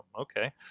Okay